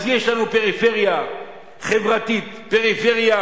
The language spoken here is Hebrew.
אז יש לנו פריפריה חברתית, פריפריה